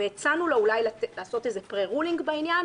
והצענו לו אולי לעשות איזה פרה-רולינג בעניין.